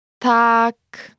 Tak